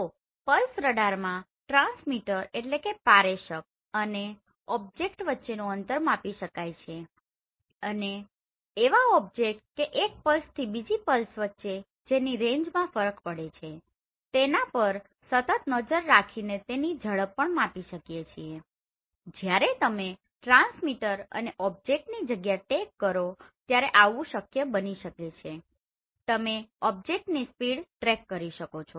તો pulse radar માં ટ્રાન્સમીટરTransmitterપારેશક અને ઓબજેક્ટ વચ્ચેનું અંતર માપી શકાય છે અને અને એવા ઓબજેક્ટ કે એક પલ્સ થી બીજી પલ્સ વચ્ચે જેની રેન્જમાં ફરકપડે છે તેના પર સતત નજર રાખીને તેની ઝડપ પણ માપી શકીએ છીએ જ્યારે તમે ટ્રાન્સમીટર અને ઓબજેક્ટની જગ્યા ટ્રેક કરો ત્યારે આવું શક્ય બની શકે છે તમે ઓબજેક્ટની સ્પીડ ટ્રેક કરી શકો છો